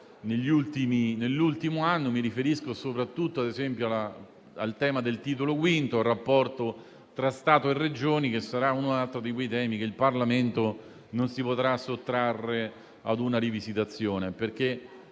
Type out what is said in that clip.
nell'ultimo anno. Mi riferisco soprattutto, ad esempio, al tema del Titolo V e al rapporto tra Stato e Regioni, che sarà un altro di quei temi che il Parlamento non si potrà sottrarre dal rivisitare.